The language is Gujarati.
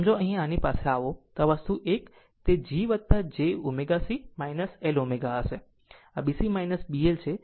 આમ જો અહીં આની પાસે આવો આ વસ્તુ આ એક તે G j ω C L ω હશે આ B C B L છે